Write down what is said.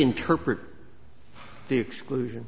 interpret the exclusion